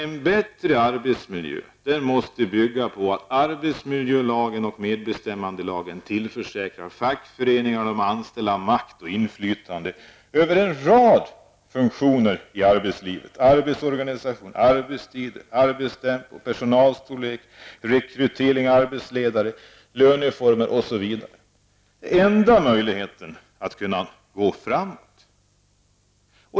En bättre arbetsmiljö måste bygga på att arbetsmiljölagen och medbestämmandelagen tillförsäkrar fackföreningar och anställda makt och inflytande över en rad funktioner i arbetslivet: arbetsorganisation, arbetstider, arbetstempo, personalstorlek, rekrytering av arbetsledare, löneformer osv. Det är enda möjligheten att kunna gå framåt.